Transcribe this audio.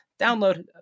download